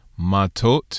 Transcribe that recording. Matot